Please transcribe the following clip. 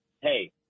hey